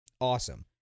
Awesome